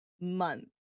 month